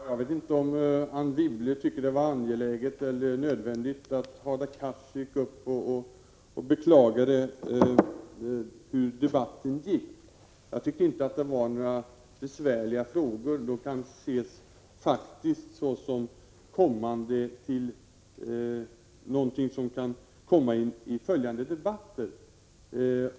Herr talman! Jag vet inte om Anne Wibble tycker att det var angeläget eller nödvändigt att Hadar Cars gick upp och beklagade debattens gång. Jag tycker inte att jag ställde några besvärliga frågor. De kan faktiskt ses såsom något som kan tas uppi följande debatter.